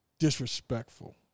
disrespectful